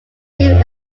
chief